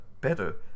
better